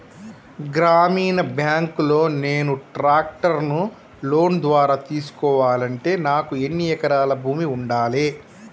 గ్రామీణ బ్యాంక్ లో నేను ట్రాక్టర్ను లోన్ ద్వారా తీసుకోవాలంటే నాకు ఎన్ని ఎకరాల భూమి ఉండాలే?